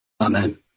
Amen